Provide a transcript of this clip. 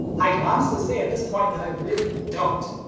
i can honestly say at this point that i really don't.